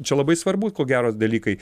čia labai svarbu ko gero dalykai